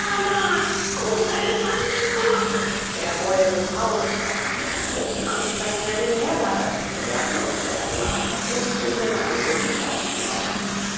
großer elefantenbock der boy riß aus vergaß in seiner großen angst seinem herrn den mehrlader zuzuwerfen und kletterte nach ein paar klimmzügen in einen gummibaum hinauf